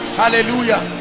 hallelujah